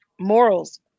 morals